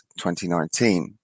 2019